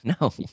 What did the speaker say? No